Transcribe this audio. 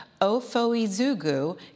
Ofoizugu